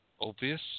obvious